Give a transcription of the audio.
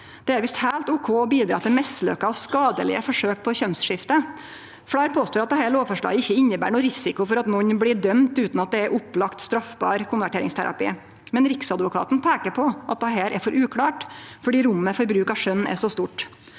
Det er visst heilt ok å bidra til mislukka og skadelege forsøk på kjønnsskifte. Fleire påstår at dette lovforslaget ikkje inneber nokon risiko for at nokon blir dømte utan at det er opplagt straffbar konverteringsterapi, men Riksadvokaten peiker på at dette er for uklart fordi rommet for bruk av skjøn er så stort.